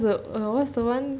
what's the what's the one